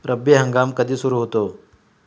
रब्बी हंगाम कधी सुरू होतो?